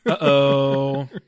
Uh-oh